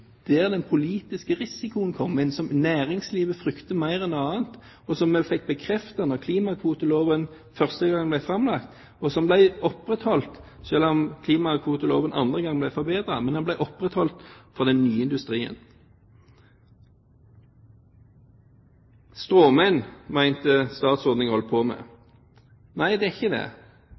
der den politiske risikoen kommer inn, som næringslivet frykter mer enn noe annet, og som en fikk bekreftet da klimakvoteloven første gang ble framlagt, og som ble opprettholdt selv om klimakvoteloven andre gang ble forbedret. Men den ble opprettholdt for den nye industrien. «Å agitere mot stråmenn», mente statsråden jeg holdt på med. Nei, jeg gjør ikke det.